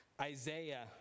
Isaiah